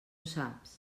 saps